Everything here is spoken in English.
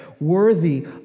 worthy